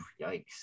yikes